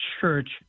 Church